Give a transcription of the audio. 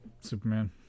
Superman